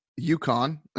UConn